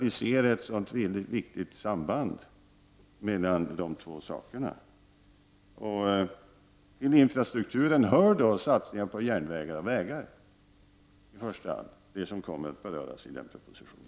Vi ser nämligen ett mycket viktigt samband mellan dessa två saker. Till infrastrukturen hör i första hand satsningar på järnvägar och vägar, och det är sådant som kommer att beröras i den propositionen.